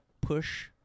push